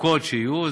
התפוקות שיהיו,